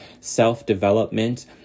self-development